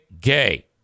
gay